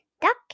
Duck